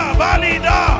valida